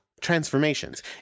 transformations